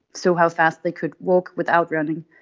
so how fast they could walk without running.